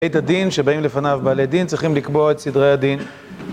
עת הדין שבאים לפניו בעלי דין צריכים לקבוע את סדרי הדין